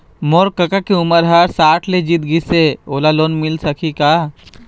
मोर कका के उमर ह साठ ले जीत गिस हे, ओला लोन मिल सकही का?